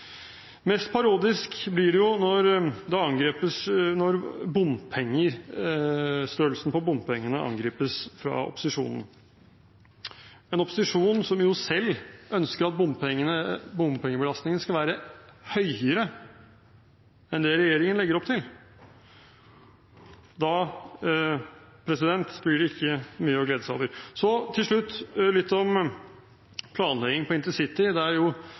Mest parodisk blir det når størrelsen på bompengene angripes fra opposisjonen, en opposisjon som selv ønsker at bompengebelastningen skal være høyere enn det regjeringen legger opp til. Da blir det ikke mye å glede seg over. Til slutt litt om planlegging av intercity, eller av jernbaner generelt, der det ble brukt 200 mill. kr da vi tok over. Nå er